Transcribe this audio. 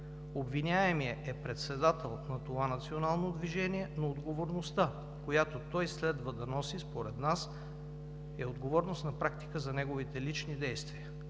Обвиняемият е председател на това Национално движение, но отговорността, която той следва да носи според нас, на практика е отговорност за неговите лични действия.